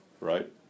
right